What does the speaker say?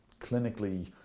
clinically